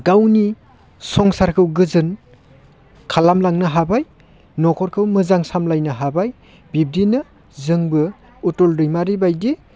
गावनि संसारखौ गोजोन खालामलांनो हाबाय न'खरखौ मोजां सामलायनो हाबाय बिबदिनो जोंबो उथुल दैमारि बायदि